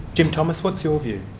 jim thomas, what's your view?